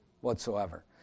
whatsoever